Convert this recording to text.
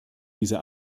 diese